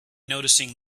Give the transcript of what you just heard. noticing